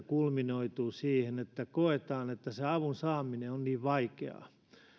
kulminoituvat siihen että koetaan että avun saaminen on vaikeaa